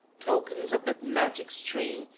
tokens of that magic strain,